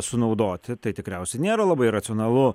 sunaudoti tai tikriausiai nėra labai racionalu